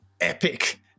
epic